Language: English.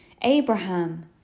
Abraham